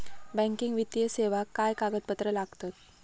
Banking वित्तीय सेवाक काय कागदपत्र लागतत?